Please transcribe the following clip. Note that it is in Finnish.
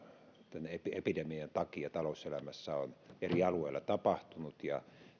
tämän epidemian takia talouselämässä on eri alueilla tapahtunut ja